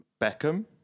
Beckham